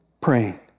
praying